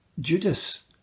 Judas